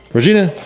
regina?